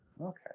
Okay